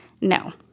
No